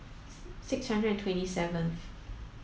six hundred and twenty seventh